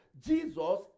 Jesus